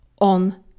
on